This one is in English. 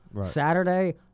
Saturday